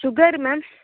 sugar ma'am